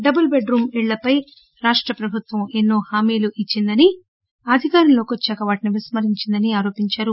double bed room ఇళ్లపై రాష్ట ప్రభుత్వం ఎన్నో హామీలు ఇచ్చిందని అధికారంలోకి వచ్చాక వాటిని విస్మరించిందని ఆరోపించారు